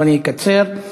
ואני אקצר,